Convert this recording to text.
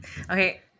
Okay